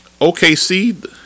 OKC